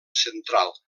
central